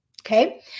okay